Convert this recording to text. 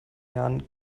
jahren